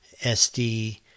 SD